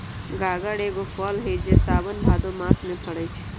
गागर एगो फल हइ जे साओन भादो मास में फरै छै